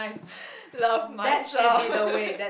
love myself